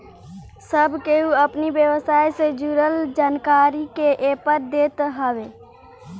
सब केहू अपनी व्यवसाय से जुड़ल जानकारी के एपर देत हवे